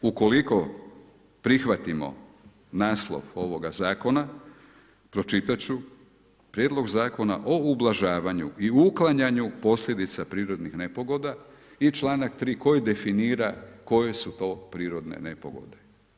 Ukoliko prihvatimo naslova ovoga zakona, pročitat ću, Prijedlog zakona o ublažavanju i uklanjanju posljedica prirodnih nepogoda i članak 3. koji definira koje su to prirodne nepogode.